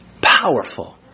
Powerful